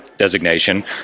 designation